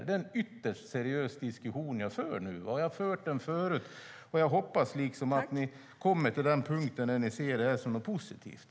Det är en ytterst seriös diskussion jag för nu. Jag har fört den förut, och jag hoppas att ni kommer till en punkt där ni ser det här som något positivt.